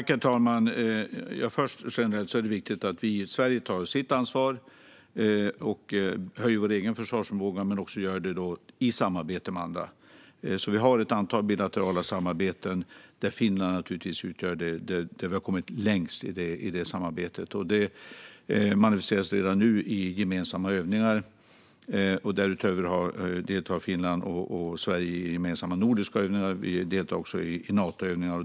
Herr talman! Generellt sett är det viktigt att vi i Sverige tar vårt ansvar och höjer vår egen försvarsförmåga men också gör det i samarbete med andra. Vi har ett antal bilaterala samarbeten, och vi har kommit längst i det med Finland. Det manifesteras redan nu i gemensamma övningar. Därutöver deltar Finland och Sverige i gemensamma nordiska övningar, och vi deltar också i Natoövningar.